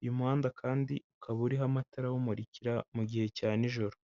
Uyu muhanda kandi ukaba uriho amatara awumurikira mu gihe cya n'ijoro.